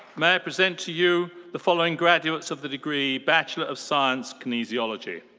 may i present to you the following graduates of the degree bachelor of science kinesiology.